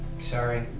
Sorry